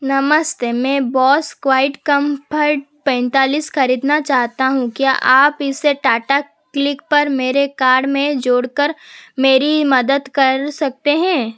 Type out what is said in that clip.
नमस्ते मैं Bose QuietComfort पैंतालीस ख़रीदना चाहता हूँ क्या आप इसे टाटा क्लिक पर मेरे कार्ट में जोड़कर मेरी मदद कर सकते हैं